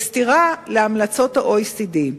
בסתירה להמלצות ה-OECD.